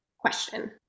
question